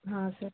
ಹಾಂ ಸರ್